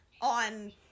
on